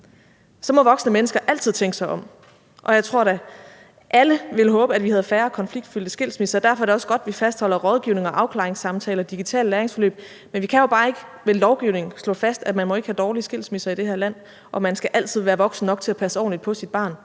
Så må voksne mennesker altid tænke sig om, og jeg tror da, at alle ville håbe, at vi havde færre konfliktfyldte skilsmisser, og derfor er det også godt, at vi fastholder rådgivnings- og afklaringssamtaler og digitale behandlingsforløb. Men vi kan jo bare ikke ved lovgivning slå fast, at man ikke må have dårlige skilsmisser i det her land, og at man altid skal være voksen nok til at passe ordentligt på sit barn.